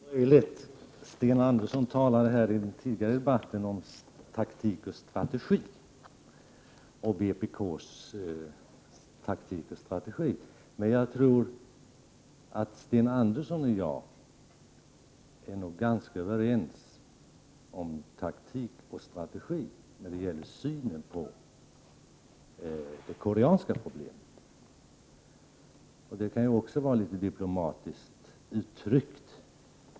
Herr talman! Det är möjligt att det förhåller sig så. Sten Andersson talade i den tidigare debatten om vpk:s taktik och strategi. Men jag tror att Sten Andersson och jag är ganska överens om taktik och strategi när det gäller det koreanska problemet, och det kan ju också vara litet diplomatiskt uttryckt.